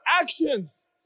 actions